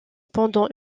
pendant